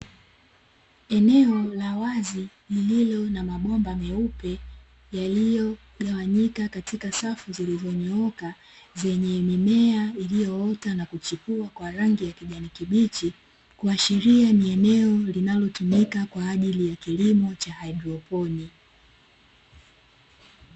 Eneo la wazi lililo na mabomba meupe yaliyo gawanyika katika safu zilizonyooka zenye mimea iliyoota na kuchipua kwa rangi ya kijani kibichi, kuashiria ni eneo linalotumika kwa ajili ya kilimo cha haidroponi.